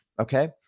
okay